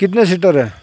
کتنے سیٹر ہے